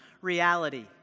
reality